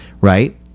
right